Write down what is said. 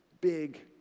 big